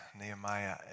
Nehemiah